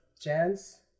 chance